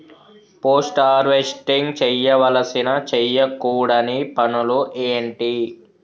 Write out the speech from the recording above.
Post harvesting చేయవలసిన చేయకూడని పనులు ఏంటి?